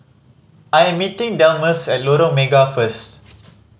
I am meeting Delmus at Lorong Mega first